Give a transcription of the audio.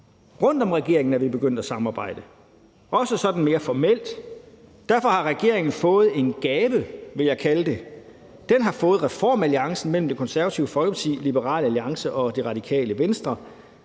Rundt om regeringen er vi begyndt at samarbejde, også sådan mere formelt. Derfor har regeringen fået en gave, vil jeg kalde det. Den har fået reformalliancen mellem Det Konservative Folkeparti, Liberal Alliance og Radikale Venstre.